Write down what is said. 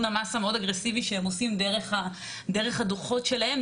המס המאוד אגרסיבי שהם עושים דרך הדוחות שלהם.